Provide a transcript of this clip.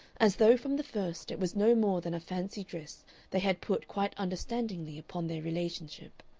as though from the first it was no more than a fancy dress they had put quite understandingly upon their relationship.